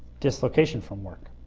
dislocation from work.